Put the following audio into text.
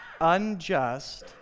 unjust